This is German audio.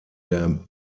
der